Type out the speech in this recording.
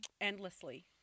endlessly